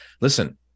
listen